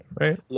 right